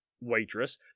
waitress